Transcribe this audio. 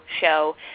Show